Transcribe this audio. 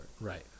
Right